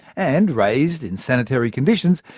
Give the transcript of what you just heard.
and raised in sanitary conditions,